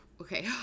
Okay